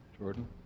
Jordan